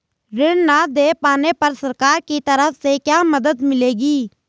ऋण न दें पाने पर सरकार की तरफ से क्या मदद मिलेगी?